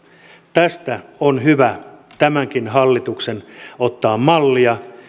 tästä on hyvä tämänkin hallituksen ottaa mallia